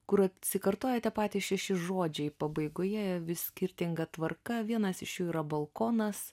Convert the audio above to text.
kur atsikartoja tie patys šeši žodžiai pabaigoje vis skirtinga tvarka vienas iš jų yra balkonas